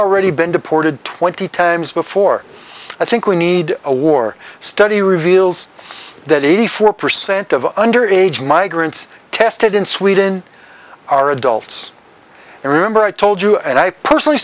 already been deported twenty times before i think we need a war study reveals that eighty four percent of under age migrants tested in sweden are adults and remember i told you and i personally